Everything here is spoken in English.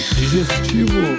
digestivo